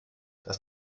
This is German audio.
das